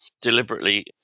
deliberately